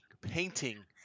Painting